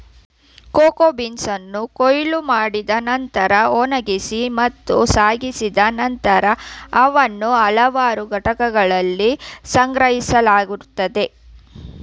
cocoa ಬೀನ್ಸನ್ನು ಕೊಯ್ಲು ಮಾಡಿದ ನಂತ್ರ ಒಣಗಿಸಿ ಮತ್ತು ಸಾಗಿಸಿದ ನಂತರ ಅವನ್ನು ಹಲವಾರು ಘಟಕಗಳಲ್ಲಿ ಸಂಸ್ಕರಿಸಲಾಗುತ್ತದೆ